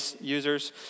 users